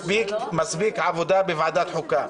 מספיק עבודה בוועדת חוקה.